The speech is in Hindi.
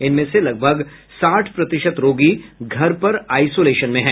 इनमें से लगभग साठ प्रतिशत रोगी घर पर आइसोलेशन में हैं